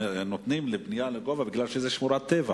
נותנים שם בנייה לגובה כי זו שמורת טבע.